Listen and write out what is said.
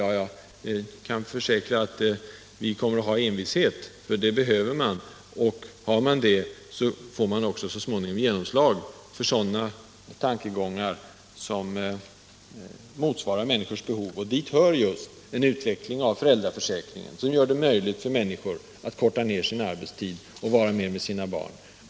Ja, jag kan försäkra att vi kommer att göra det envist och uthålligt. Då får vi också så småningom genomslag för sådana tankegångar som motsvarar människors behov. Dit hör just en utveckling av föräldraförsäkringen, som gör det möjligt för människor att förkorta sin arbetstid och vara tillsammans mer med sina barn.